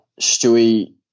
Stewie